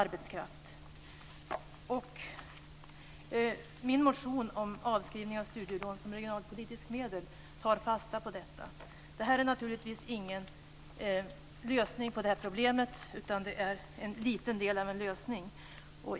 Min motion om avskrivning av studielån som ett regionalpolitiskt medel tar fasta på detta. Det här är naturligtvis ingen lösning på det här problemet, utan det är en liten del av en lösning.